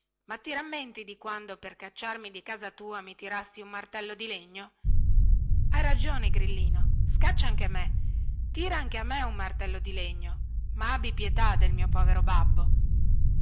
ma ti rammenti di quando per scacciarmi di casa tua mi tirasti un martello di legno hai ragione grillino scaccia anche me tira anche a me un martello di legno ma abbi pietà del mio povero babbo